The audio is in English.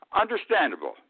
understandable